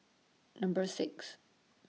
Number six